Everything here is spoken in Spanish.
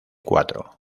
cuatro